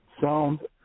Sound